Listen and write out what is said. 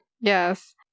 Yes